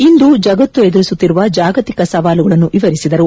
ಇಂದು ಜಗತ್ತು ಎದುರಿಸುತ್ತಿರುವ ಜಾಗತಿಕ ಸವಾಲುಗಳನ್ನು ವಿವರಿಸಿದರು